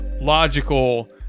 logical